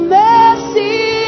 mercy